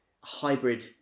hybrid